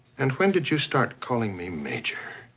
and when did you start calling me major?